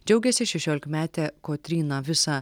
džiaugiasi šešiolikmetė kotryna visą